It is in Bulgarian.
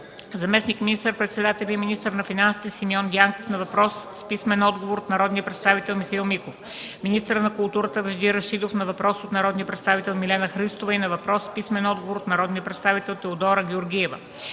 заместник министър-председателят и министър на финансите Симеон Дянков на въпрос с писмен отговор от народния представител Михаил Миков; - министърът на културата Вежди Рашидов на въпрос от народния представител Милена Христова и на въпрос с писмен отговор от народния представител Теодора Георгиева;